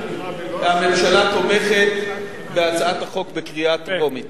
הממשלה תומכת בהצעת החוק בקריאה טרומית.